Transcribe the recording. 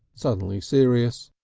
suddenly serious.